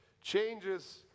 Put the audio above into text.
changes